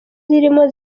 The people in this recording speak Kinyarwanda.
zirimo